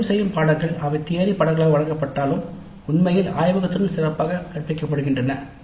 தேர்ந்தெடுக்கப்பட்ட சில பாடநெறிகள் அவை தியரி பாடநெறிகளாக வழங்கப்பட்டாலும் உண்மையில் ஆய்வகத்துடன் சிறப்பாக கற்பிக்கப்படுகின்றன